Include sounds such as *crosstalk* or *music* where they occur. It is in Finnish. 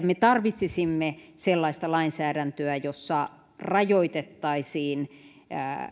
*unintelligible* me tarvitsisimme sellaista lainsäädäntöä jossa rajoitettaisiin